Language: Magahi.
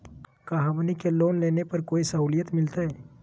का हमनी के लोन लेने पर कोई साहुलियत मिलतइ?